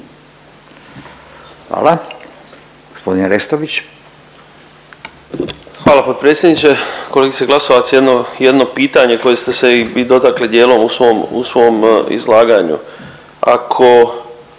Tonči (SDP)** Hvala potpredsjedniče. Kolegice Glasovac jedno pitanje koje ste se i vi dotakli dijelom u svom izlaganju. Ako